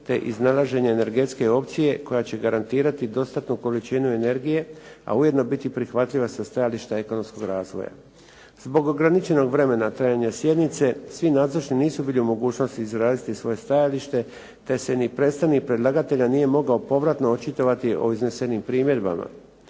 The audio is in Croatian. te iznalaženje energetske opcije koja će garantirati dostatnu količinu energije a ujedno biti prihvatljiva sa stajališta ekonomskog razvoja. Zbog ograničenog vremena trajanja sjednice svi nazočni nisu bili u mogućnosti izraziti svoje stajalište te se ni predstavnik predlagatelja nije mogao povratno očitovati o iznesenim primjedbama.